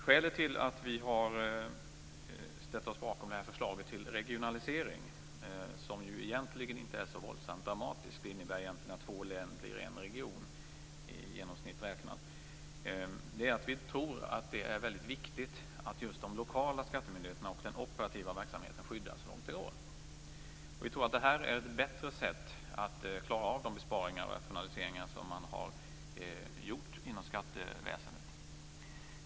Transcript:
Skälet till att vi har ställt oss bakom förslaget till regionalisering - som ju egentligen inte är så våldsamt dramatiskt, utan genomsnittligt räknat innebär att två län blir en region - är att vi tror att det är väldigt viktigt att just de lokala skattemyndigheterna och den operativa verksamheten skyddas så långt det går. Vi tror att det här är ett bättre sätt att klara de besparingar och rationaliseringar som har skett inom skatteväsendet.